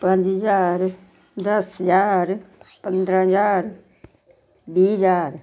पंज ज्हार दस ज्हार पंदरां ज्हार बीह् ज्हार